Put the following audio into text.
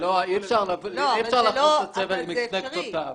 אי אפשר לאחזו את החבל משני קצותיו.